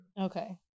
Okay